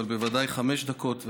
אבל בוודאי חמש דקות,